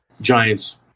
Giants